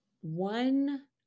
one